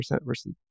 versus